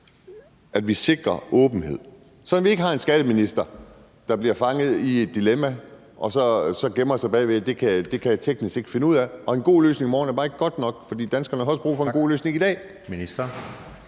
at vi sikrer åbenhed, så vi ikke har en skatteminister, der bliver fanget i et dilemma og så gemmer sig bag ved, at det kan han teknisk ikke finde ud af. Og en god løsning i morgen er bare ikke godt nok, for danskerne har også brug for en god løsning i dag.